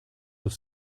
have